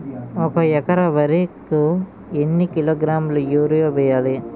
ఒక ఎకర వరి కు ఎన్ని కిలోగ్రాముల యూరియా వెయ్యాలి?